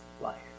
life